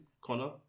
Connor